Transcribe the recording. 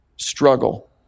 struggle